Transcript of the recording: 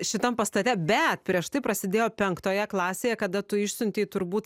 šitam pastate bet prieš tai prasidėjo penktoje klasėje kada tu išsiuntei turbūt